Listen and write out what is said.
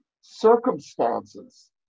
circumstances